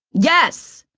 yes!